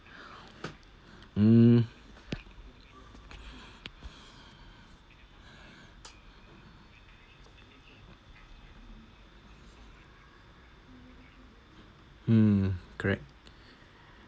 mm hmm correct